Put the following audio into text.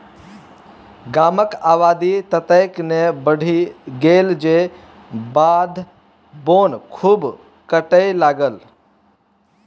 गामक आबादी ततेक ने बढ़ि गेल जे बाध बोन खूब कटय लागल